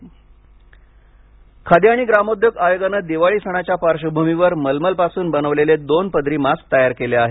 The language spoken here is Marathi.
मारक खादी आणि ग्रामोद्योग आयोगानं दिवाळी सणाच्या पार्श्वभूमीवर मलमल पासून बनवलेले दोन पदरी मास्क तयार केले आहेत